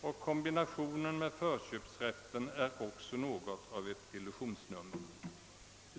Och kombinationen med förköpsrätten är också något av ett illusionsnummer».